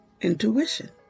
intuition